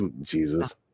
Jesus